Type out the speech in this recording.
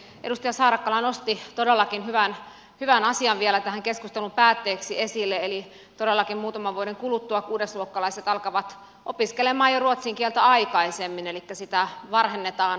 edustaja saarakkala nosti todellakin hyvän asian vielä tähän keskustelun päätteeksi esille eli todellakin muutaman vuoden kuluttua kuudesluokkalaiset alkavat opiskella ruotsin kieltä jo aikaisemmin elikkä sitä varhennetaan vuodella